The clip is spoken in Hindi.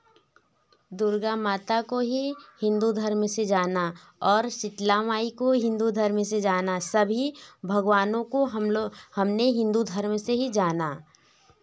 दुर्गा माता को ही हिंदू धर्म से जाना और शीतला माई को हिंदू धर्म से जाना सभी भगवानों को हम लोग हमने हिंदू धर्म से ही जाना